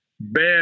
bad